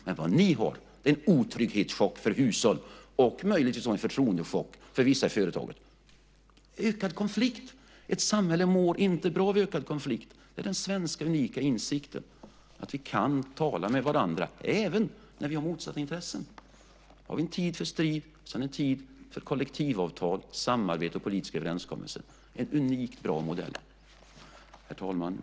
Men vad ni har att erbjuda är en otrygghetschock för hushåll och möjligtvis en förtroendechock för vissa företag. Men då ökar konflikten, och det mår ett samhälle inte bra av. Det är den svenska unika insikten att vi kan tala med varandra, även när vi har motsatta intressen. Har vi en tid för strid, så har vi en tid för kollektivavtal, samarbete och politiska överenskommelser. Det är en unik och bra modell. Herr talman!